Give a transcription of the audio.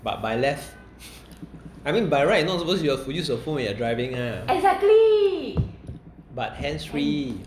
but by left I mean by right you not suppose to use your phone when driving ah but hands free